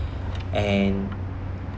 and